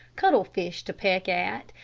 cuttle-fish to peck at,